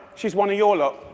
she's one of your lot.